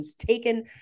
taken